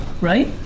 Right